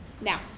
now